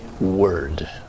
word